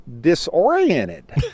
disoriented